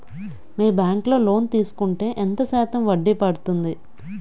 మీ bank లో loan తీసుకుంటే ఎంత శాతం వడ్డీ పడ్తుంది?